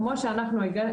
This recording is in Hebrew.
כמו שאנחנו הנגשנו,